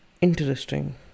interesting